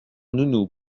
nounou